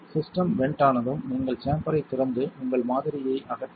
system vent ஆனதும் நீங்கள் சேம்பரைத் திறந்து உங்கள் மாதிரியை அகற்றலாம்